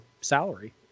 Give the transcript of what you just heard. salary